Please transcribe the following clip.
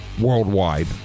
worldwide